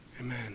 Amen